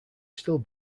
still